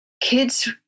Kids